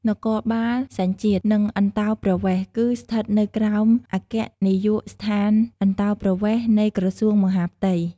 នគរបាលសញ្ជាតិ និងអន្តោប្រវេសន៍ គឺស្ថិតនៅក្រោមអគ្គនាយកដ្ឋានអន្តោប្រវេសន៍ នៃក្រសួងមហាផ្ទៃ។